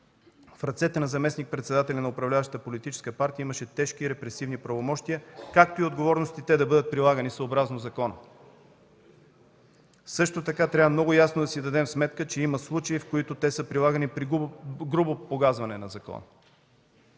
в ръцете на заместник-председателя на управляващата политическа партия имаше тежки репресивни правомощия, както и отговорности те да бъдат прилагани съобразно закона. Също така много ясно трябва да си дадем сметка, че има случаи, в които те са прилагани при грубо погазване на закона.